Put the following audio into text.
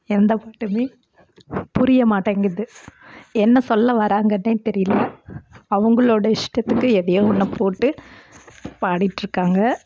எந்தப் பாட்டுமே புரிய மாட்டேங்கிறது என்ன சொல்ல வராங்கன்னே தெரியலை அவங்களோடய இஷ்டத்துக்கு எதையோ ஒன்றை போட்டு பாடிட்டிருக்காங்க